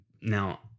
now